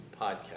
podcast